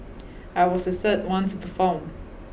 I was the third one to perform